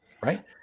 Right